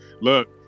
look